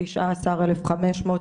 תשעה עשר אלף חמש מאות